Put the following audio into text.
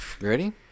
ready